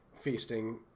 feasting